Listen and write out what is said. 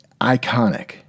Iconic